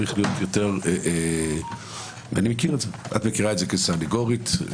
את מכירה את זה כסנגורית,